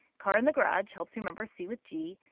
car in the garage helps you remember c with g.